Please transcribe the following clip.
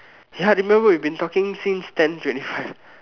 ya remember we've been talking since ten twenty five